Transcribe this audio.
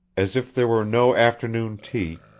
as if there were no afternoon tea,